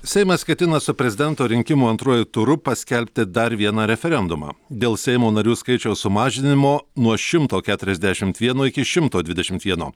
seimas ketina su prezidento rinkimų antruoju turu paskelbti dar vieną referendumą dėl seimo narių skaičiaus sumažinimo nuo šimto keturiasdešimt vieno iki šimto dvidešimt vieno